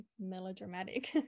melodramatic